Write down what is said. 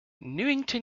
newington